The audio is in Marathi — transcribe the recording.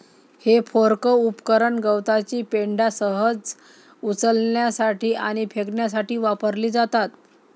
हे फोर्क उपकरण गवताची पेंढा सहज उचलण्यासाठी आणि फेकण्यासाठी वापरली जातात